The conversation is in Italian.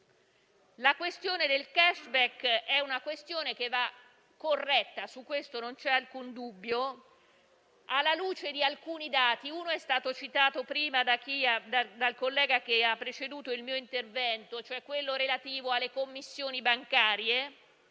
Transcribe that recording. La questione del *cashback* va corretta, su questo non c'è alcun dubbio, alla luce di alcuni dati. Uno, citato prima dal collega che ha preceduto il mio intervento, è relativo alle commissioni bancarie.